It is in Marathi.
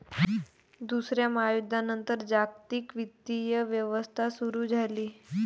दुसऱ्या महायुद्धानंतर जागतिक वित्तीय व्यवस्था सुरू झाली